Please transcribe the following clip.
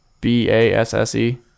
B-A-S-S-E